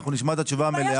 אנחנו נשמע את התשובה המלאה.